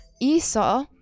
esau